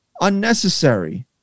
Unnecessary